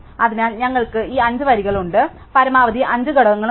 അതിനാൽ ഞങ്ങൾക്ക് ഈ അഞ്ച് വരികളുണ്ട് ഞങ്ങൾക്ക് പരമാവധി അഞ്ച് ഘടകങ്ങളുണ്ട്